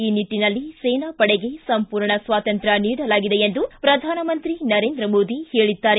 ಈ ನಿಟ್ಟಿನಲ್ಲಿ ಸೇನಾಪಡೆಗೆ ಸಂಪೂರ್ಣ ಸ್ವಾತಂತ್ರ ನೀಡಲಾಗಿದೆ ಎಂದು ಪ್ರಧಾನಮಂತ್ರಿ ನರೇಂದ್ರ ಮೋದಿ ಹೇಳಿದ್ದಾರೆ